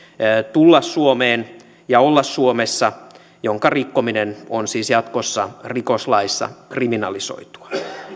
tulla suomeen ja olla suomessa jonka rikkominen on jatkossa rikoslaissa kriminalisoitua